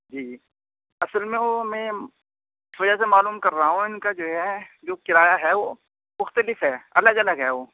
جی اصل میں وہ میں اس وجہ سے معلوم کر رہا ہوں ان کا جو ہے جو کرایہ ہے وہ مختلف ہے الگ الگ ہے وہ